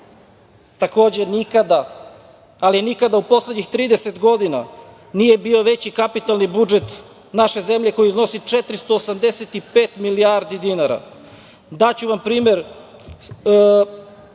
BDP.Takođe, nikada, ali nikada, u poslednjih 30 godina nije bio veći kapitalni budžet naše zemlje koji iznosi 485 milijardi dinara. Daću vam primer,